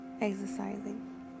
exercising